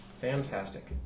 Fantastic